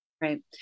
Right